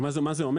מה זה אומר?